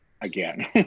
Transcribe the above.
again